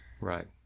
Right